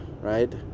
right